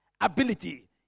ability